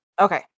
Okay